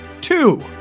Two